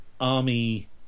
army